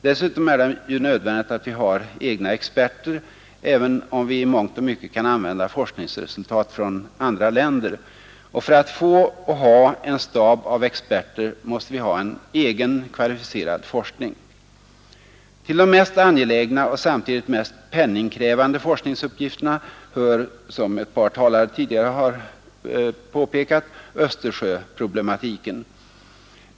Dessutom är det ju nödvändigt att vi har egna experter, även om vi i mångt och mycket kan använda forskningsresultat från andra länder, och för att få och ha en stab av experter måste vi ha en egen kvalificerad forskning. Till de mest angelägna och samtidigt mest penningkrävande forskningsuppgifterna hör, som ett par talare tidigare har påpekat, Östersjöproblematiken.